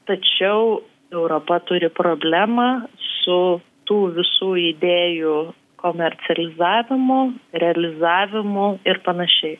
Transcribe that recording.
tačiau europa turi problemą su tų visų idėjų komercializavimu realizavimu ir panašiai